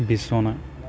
বিছনা